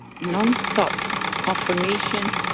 non-stop confirmation,